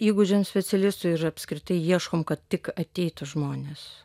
įgūdžiams specialistui ir apskritai ieškom kad tik ateitų žmonės